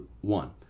one